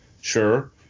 sure